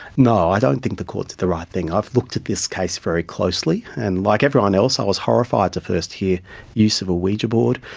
no, i don't think the court did the right thing. i've looked at this case very closely, and like everyone else i was horrified to first hear use of a ouija board,